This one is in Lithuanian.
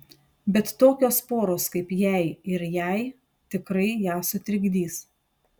bet tokios poros kaip jei ir jai tikrai ją sutrikdys